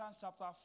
chapter